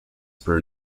per